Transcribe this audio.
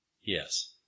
Yes